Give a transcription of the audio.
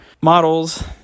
models